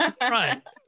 right